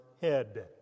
head